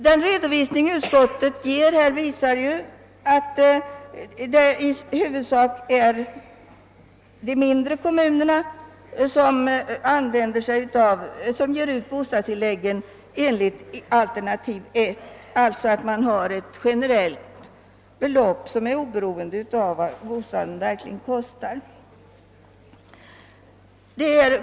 Den redovisning som utskottet här lämnar visar att det i huvudsak är de mindre kommunerna som ger ut bostadstillägg enligt alternativ I, alltså med ett generellt belopp oberoende av vad bostaden verkligen kostar.